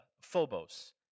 phobos